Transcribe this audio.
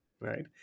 right